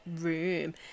room